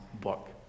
book